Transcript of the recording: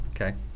okay